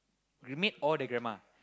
the maid or the grandma